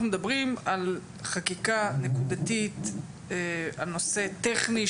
מדברים על חקיקה נקודתית על נושא טכני,